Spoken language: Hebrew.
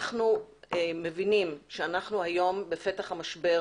אנחנו מבינים שאנחנו היום בפתח המשבר